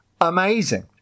amazing